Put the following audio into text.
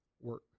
work